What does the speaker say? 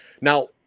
Now